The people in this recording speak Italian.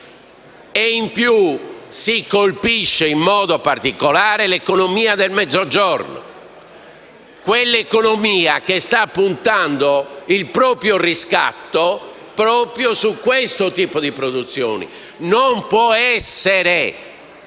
Inoltre, si colpisce in modo particolare l'economia del Mezzogiorno, quell'economia che sta puntando il proprio riscatto su questo tipo di produzioni. Non può essere